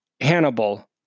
Hannibal